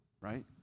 Right